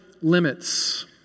limits